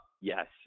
Yes